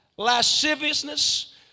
lasciviousness